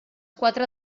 quatre